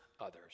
others